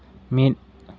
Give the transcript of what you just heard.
ᱢᱤᱫ